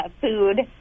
food